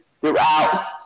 throughout